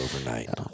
overnight